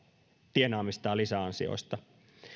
tienaamistaan lisäansioista